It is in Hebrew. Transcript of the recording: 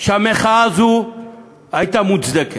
שהמחאה הזו הייתה מוצדקת.